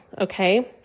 Okay